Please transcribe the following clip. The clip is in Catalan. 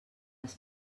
les